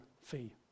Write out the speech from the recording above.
Fee